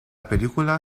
película